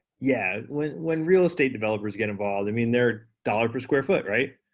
yeah, when when real estate developers get involved, i mean they're dollar per square foot, right?